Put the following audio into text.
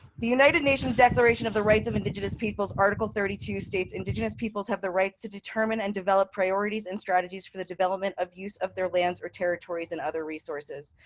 the united nations declaration of the rights of indigenous peoples, article thirty two, states indigenous peoples have the rights to determine and develop priorities and strategies for the development of use of their lands or territories and other resources.